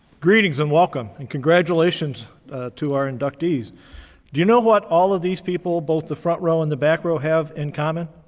greetings and welcome. and congratulations to our inductees. do you know what all of these people, both the front row and the back row have in common?